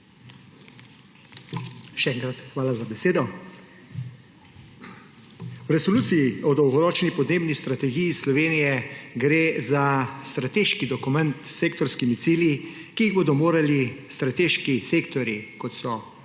Še enkrat hvala za besedo. V resoluciji o dolgoročni podnebni strategiji Slovenije gre za strateški dokument s sektorskimi cilji, ki jih bodo morali strateški sektorji, kot so